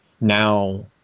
now